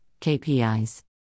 KPIs